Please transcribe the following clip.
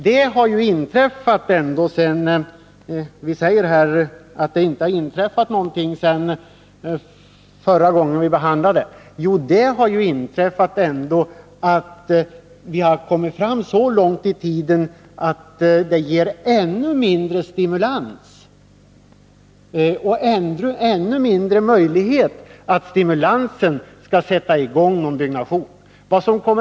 Det har sagts i debatten att det inte har inträffat något sedan förra gången | vi behandlade förslaget om slopande av byggmomsen. Men det har hänt att vi har kommit så långt fram i tiden att ett slopande nu skulle ge ännu mindre stimulans och att möjligheterna att stimulansen skulle sätta i gång någon byggnation är ännu mindre.